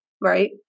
right